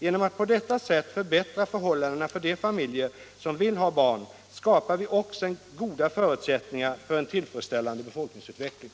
Genom att på detta sätt förbättra förhållandena för de familjer som vill ha barn skapar vi också goda förutsättningar för en tillfredsställande befolkningsutveckling.